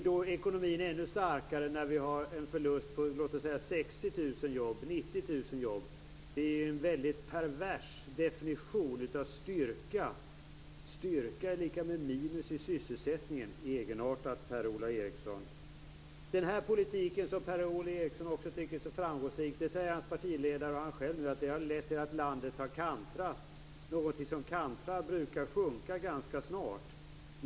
Blir ekonomin då ännu starkare när vi har en förlust på låt oss säga 60 000 jobb eller 90 000 jobb? Det är en väldigt pervers definition av styrka, att styrka är lika med minus i sysselsättningen. Det är mycket egenartat, Den här politiken som Per-Ola Eriksson tycker är så framgångsrik har enligt hans partiledare och honom lett till att landet har kantrat. Någonting som kantrar brukar sjunka ganska snart.